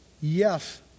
yes